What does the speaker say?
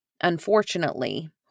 Unfortunately